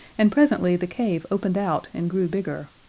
and presently the cave opened out and grew bigger,